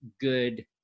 good